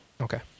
Okay